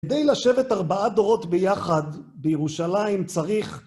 כדי לשבת ארבעה דורות ביחד בירושלים צריך